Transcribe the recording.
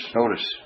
notice